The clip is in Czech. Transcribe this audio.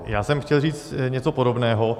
Já jsem chtěl říct něco podobného.